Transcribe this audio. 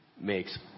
makes